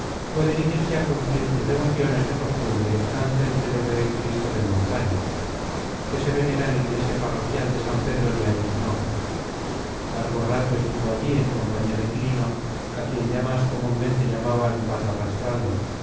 fue dirigirse a cumplir sus devociones de costumbre ante el célebre cristo de montáñez que se venera en la iglesia parroquial de san pedro de ariznoa largo rato estuvo allí en compañía de quilino a quien ya más comúnmente llamaban patarrastrando y cuando acabaron de rezar ante